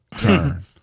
turn